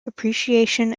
appreciation